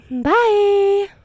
Bye